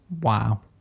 Wow